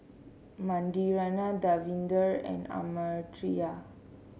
Manindra Davinder and Amartya